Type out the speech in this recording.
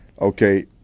Okay